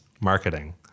marketing